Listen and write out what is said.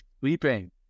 sleeping